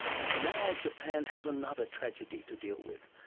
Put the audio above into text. and now japan has another tragedy to deal with,